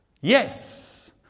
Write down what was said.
Yes